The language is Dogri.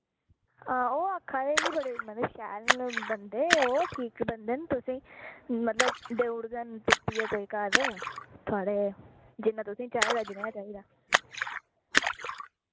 हां ओह् आक्खा दे कि बड़े मतलब शैल न बंदे ओ ठीक बंदे न तुसें मतलब देऊड़गङ तुप्पियै कोई घर जिन्ना तुसें चाहिदा जनेहा चाहिदा